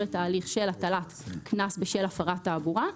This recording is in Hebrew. את ההליך של הטלת קנס בשל הפרת תעבורה.